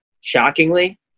shockingly